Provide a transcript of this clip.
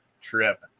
trip